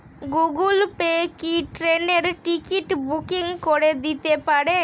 Google Pay কি ট্রেনের ticket booking করে দিতে পারে?